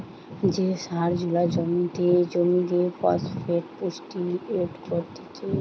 যে সার জুলা জমিরে ফসফেট পুষ্টি এড করতিছে